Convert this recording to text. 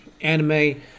anime